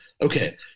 okay